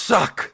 Suck